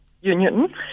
Union